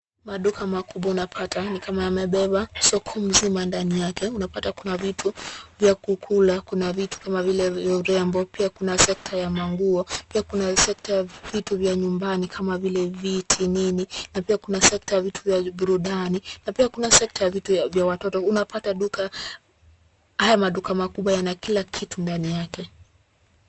Maduka makubwa unapata ni kama yamebeba soko mzima ndani yake. Unapata kuna vitu vya kukula kuna vitu kama vile vya urembo pia kuna sekta ya manguo pia kuna sekta ya vitu vya nyumbani kama vile viti nini na pia kuna sekta ya vitu vya burudani na pia kuna sekta ya vitu vya watoto. Unapata duka, haya maduka makubwa yana kila kitu ndani yake.